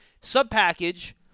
sub-package